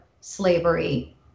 slavery